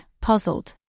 puzzled